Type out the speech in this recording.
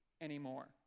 anymore